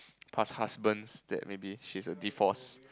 past husbands that maybe she's a divorced